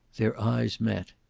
their eyes met.